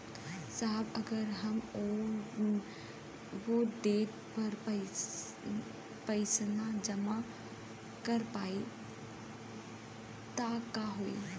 साहब अगर हम ओ देट पर पैसाना जमा कर पाइब त का होइ?